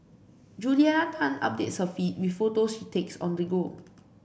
Juliana Tan updates her feed with photos she takes on the go